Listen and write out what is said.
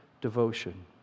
devotion